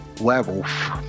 Werewolf